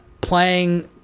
playing